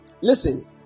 Listen